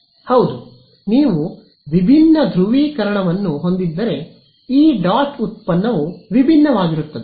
ಹೌದು ನೀವು ವಿಭಿನ್ನ ಧ್ರುವೀಕರಣವನ್ನು ಹೊಂದಿದ್ದರೆ ಈ ಡಾಟ್ ಉತ್ಪನ್ನವು ವಿಭಿನ್ನವಾಗಿರುತ್ತದೆ